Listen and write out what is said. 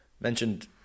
mentioned